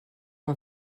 mal